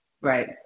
right